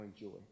enjoy